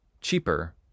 cheaper